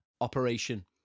operation